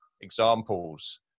examples